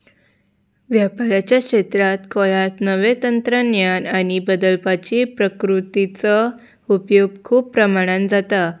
वेपाराच्या क्षेत्रांत गोंयांत नवें तंत्रज्ञान आनी बदलपाची प्रकृतीचो उपयोग खूब प्रमाणान जाता